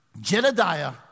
Jedediah